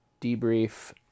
debrief